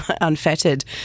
unfettered